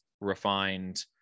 refined